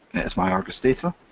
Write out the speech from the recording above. there's my argosdata.